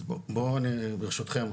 אז בוא אני ברשותכם,